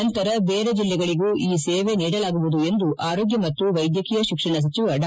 ನಂತರ ಬೇರೆ ಜಿಲ್ಲೆಗಳಗೂ ಈ ಸೇವೆ ನೀಡಲಾಗುವುದು ಎಂದು ಆರೋಗ್ಯ ಮತ್ತು ವೈದ್ಯಕೀಯ ಶಿಕ್ಷಣ ಸಚಿವ ಡಾ